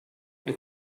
and